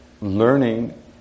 learning